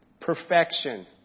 Perfection